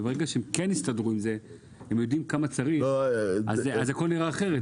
וברגע שהם כן הסתדרו עם זה ויודעים כמה צריך אז הכל נראה אחרת.